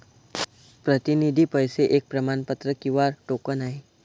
प्रतिनिधी पैसे एक प्रमाणपत्र किंवा टोकन आहे